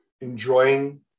enjoying